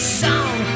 song